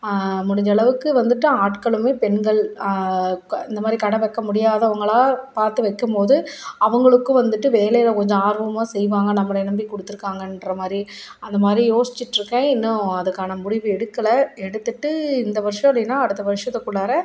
முடிஞ்ச அளவுக்கு வந்துட்டு ஆட்களுமே பெண்கள் க இந்த மாதிரி கடை வைக்க முடியாதவங்களாக பார்த்து வைக்கும்போது அவங்களுக்கும் வந்துட்டு வேலையில் கொஞ்சம் ஆர்வமாக செய்வாங்க நம்பளை நம்பி கொடுத்துருக்காங்கன்ற மாதிரி அந்த மாதிரி யோசிச்சுட்ருக்கேன் இன்னும் அதுக்கான முடிவு எடுக்கலை எடுத்துவிட்டு இந்த வருஷம் இல்லைன்னா அடுத்த வருஷத்துக்குள்ளாரே